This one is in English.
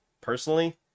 Personally